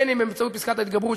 אם באמצעות פסקת ההתגברות,